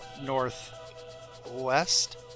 northwest